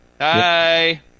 Hi